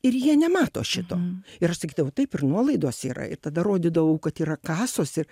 ir jie nemato šito ir aš sakydavau taip ir nuolaidos yra ir tada rodydavau kad yra kasos ir